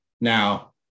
Now